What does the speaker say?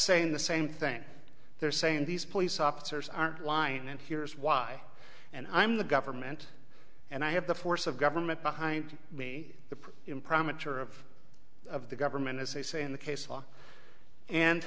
saying the same thing they're saying these police officers aren't line and here's why and i'm the government and i have the force of government behind me the in private or of of the government has a say in the case law and